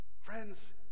Friends